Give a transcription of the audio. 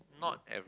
not every